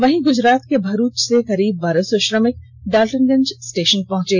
वहीं गुजरात के भरूच से करीब बारह सौ श्रमिक डालटनगंज स्टेषन पहुंचे